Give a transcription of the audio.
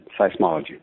seismology